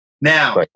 now